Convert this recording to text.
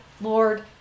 Lord